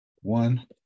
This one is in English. One